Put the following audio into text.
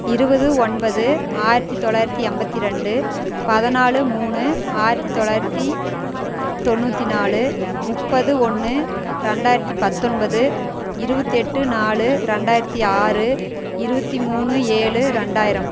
இருபது ஒன்பது ஆயிரத்தி தொள்ளாயிரத்தி ஐம்பத்தி ரெண்டு பதினாலு மூணு ஆயிரத்தி தொள்ளாயிரத்தி தொண்ணூற்றி நாலு முப்பது ஒன்று ரெண்டாயிரத்தி பத்தொன்பது இருபத்து எட்டு நாலு ரெண்டாயிரத்தி ஆறு இருபத்தி மூணு ஏழு ரெண்டாயிரம்